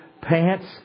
pants